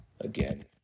again